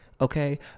okay